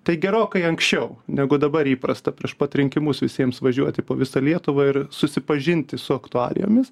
tai gerokai anksčiau negu dabar įprasta prieš pat rinkimus visiems važiuoti po visą lietuvą ir susipažinti su aktualijomis